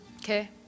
Okay